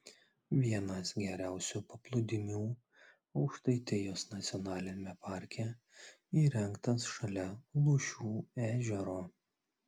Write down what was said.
vienas geriausių paplūdimių aukštaitijos nacionaliniame parke įrengtas šalia lūšių ežero